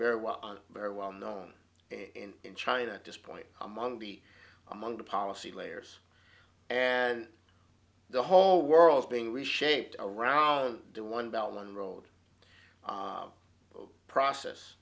on very well known in china at this point among the among the policy layers and the whole world being reshaped around the one belt one road process